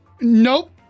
Nope